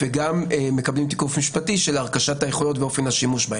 וגם מקבלים תיקוף משפטי של הרכשת היכולות ואופן השימוש בהן.